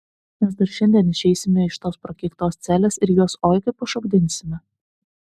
mes dar šiandien išeisime iš tos prakeiktos celės ir juos oi kaip pašokdinsime